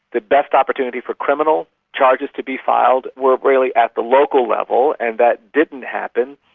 the best opportunity for criminal charges to be filed were really at the local level, and that didn't happen,